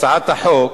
הצעת החוק